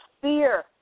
fear